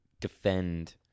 defend